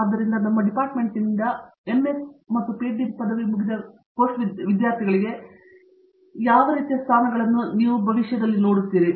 ಆದ್ದರಿಂದ ನಮ್ಮ ಡಿಪಾರ್ಟ್ಮೆಂಟ್ನಿಂದ ಎಂಎಸ್ ಮತ್ತು ಪಿಎಚ್ಡಿ ಪದವಿ ಮುಗಿದ ಪೋಸ್ಟ್ ವಿದ್ಯಾರ್ಥಿಗಳಿಗೆ ಯಾವ ರೀತಿಯ ಸ್ಥಾನಗಳನ್ನು ನೀವು ಸಾಮಾನ್ಯವಾಗಿ ನೋಡಿದ್ದೀರಿ